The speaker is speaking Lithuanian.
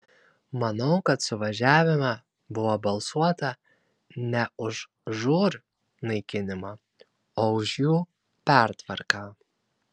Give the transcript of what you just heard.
manau kad suvažiavime buvo balsuota ne už žūr naikinimą o už jų pertvarką